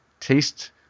Taste